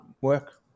work